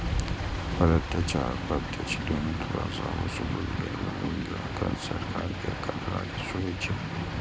प्रत्यक्ष आ अप्रत्यक्ष, दुनू तरह सं ओसूलल गेल कर सरकार के कर राजस्व होइ छै